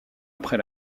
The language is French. après